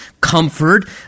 comfort